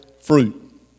fruit